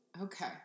Okay